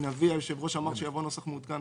היושב-ראש אמר שיבוא נוסח מעודכן,